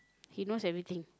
he knows everything